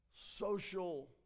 social